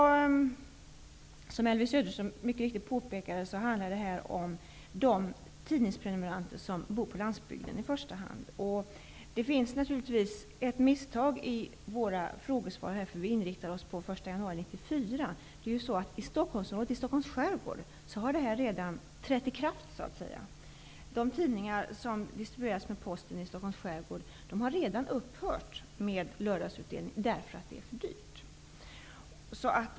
Som Elvy Söderström mycket riktigt påpekade handlar det här i första hand om de tidningsprenumeranter som bor på landsbygden. Det finns ett misstag i våra frågor. Vi inriktar oss på att höjningen planeras till den 1 januari 1994. I Stockholms skärgård har den redan så att säga trätt i kraft. De tidningar som distribueras med posten i Stockholms skärgård har redan upphört med lördagsutdelning därför att det är för dyrt.